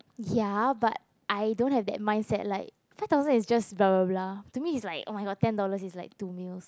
ya but I don't have that mindset like five thousand is just bla bla bla to me is like oh my god ten dollars is like two meals